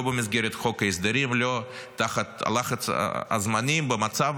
לא במסגרת חוק ההסדרים, לא תחת לחץ הזמנים במצב